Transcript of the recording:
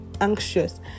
anxious